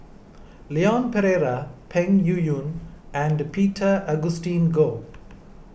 Leon Perera Peng Yuyun and Peter Augustine Goh